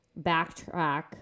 backtrack